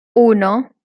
uno